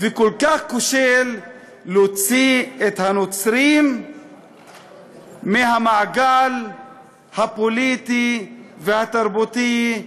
וכל כך כושל להוציא את הנוצרים מהמעגל הפוליטי והתרבותי,